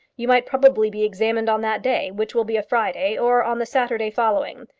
you might probably be examined on that day, which will be a friday, or on the saturday following.